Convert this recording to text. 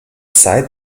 seit